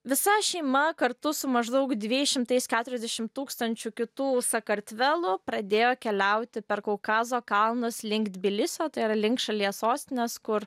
visa šeima kartu su maždaug dvejais šimtais keturiasdešim tūkstančių kitų sakartvelų pradėjo keliauti per kaukazo kalnus link tbilisio tai yra link šalies sostinės kur